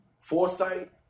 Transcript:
foresight